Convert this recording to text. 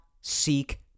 seek